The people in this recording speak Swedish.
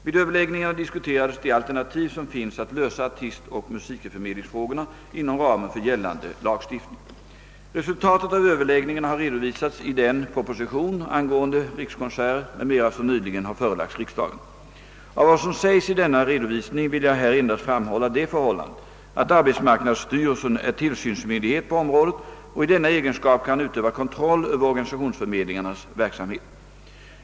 Vid överläggningarna diskuterades de alternativ som finns att lösa artistoch musikerförmedlingsfrågorna inom ramen för gällande lagstiftning. Resultatet av överläggningarna har redovisats i den proposition angående rikskonserter m.m. som nyligen har förelagts riksdagen. Av vad som sägs i denna redovisning vill jag här endast framhålla det förhållandet att arbetsmarknadsstyrelsen är tillsynsmyndighet på området och i denna egenskap kan utöva kontroll över organisationsförmedlingarnas verksamhet.